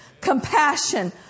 Compassion